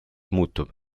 muutub